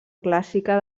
clàssica